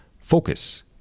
focus